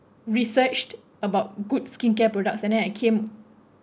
researched about good skincare products and then I came